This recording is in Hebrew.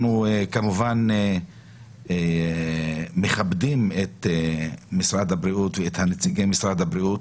אנחנו כמובן מכבדים את משרד הבריאות ואת נציגי משרד הבריאות,